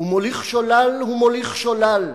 ומוליך שולל הוא מוליך שולל.